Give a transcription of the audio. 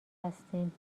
هستیم